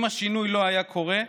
אם השינוי לא היה קורה,